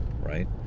right